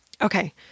Okay